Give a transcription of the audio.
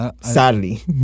Sadly